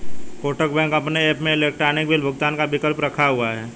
Kotak bank अपने app में electronic bill भुगतान का विकल्प रखा हुआ है